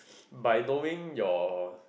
by knowing your